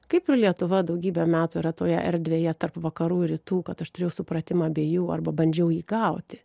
kaip ir lietuva daugybę metų yra toje erdvėje tarp vakarų ir rytų kad aš turėjau supratimą abiejų arba bandžiau jį gauti